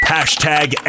Hashtag